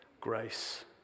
grace